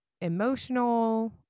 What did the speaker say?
emotional